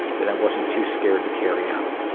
that i wasn't too scared to carry out.